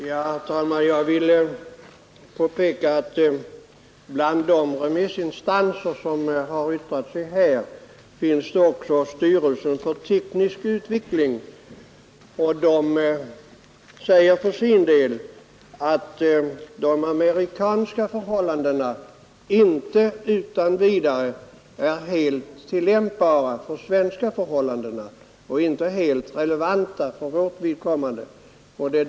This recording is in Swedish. Herr talman! Jag vill påpeka att bland de remissinstanser som har yttrat sig över utredningen finns också styrelsen för teknisk utveckling. Den säger för sin del att de amerikanska förhållandena inte utan vidare är helt tillämpbara på svenska förhållanden och inte helt relevanta för vårt vidkommande.